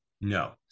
No